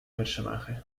personaje